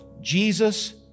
Jesus